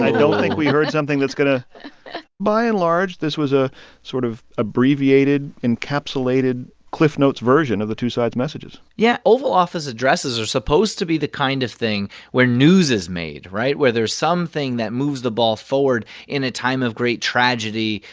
ah don't think we heard something that's going to by and large, this was a sort of abbreviated, encapsulated, cliff notes version of the two sides' messages yeah. oval office addresses are supposed to be the kind of thing where news is made right? where there's something that moves the ball forward in a time of great tragedy.